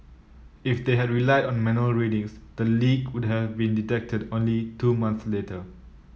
if they had relied on manual readings the leak would have been detected only two months later